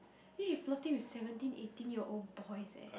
then you flirting with seventeen eighteen year old boys eh